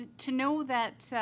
to know that.